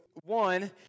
one